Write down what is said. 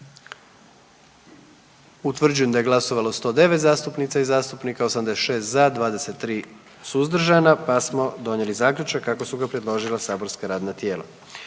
tko je protiv? Glasovalo je 108 zastupnica i zastupnika, 101 za, 7 suzdržanih, tako da je donesen Zaključak kako su ga predložila saborska radna tijela.